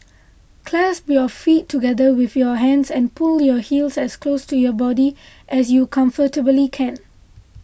clasp your feet together with your hands and pull your heels as close to your body as you comfortably can